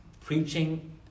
preaching